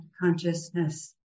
consciousness